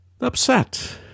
upset